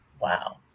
wow